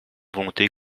volontés